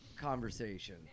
conversation